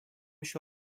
się